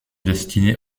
destiné